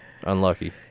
unlucky